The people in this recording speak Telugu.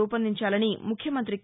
రూపొందించాలని ముఖ్యమంతి కే